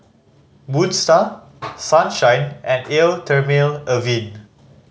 Moon Star Sunshine and Eau Thermale Avene